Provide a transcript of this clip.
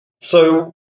So-